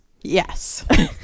Yes